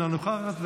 אינה נוכחת,